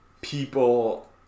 people